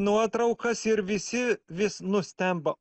nuotraukas ir visi vis nustemba